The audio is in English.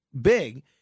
big